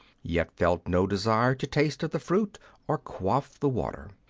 yet felt no desire to taste of the fruit or quaff the water.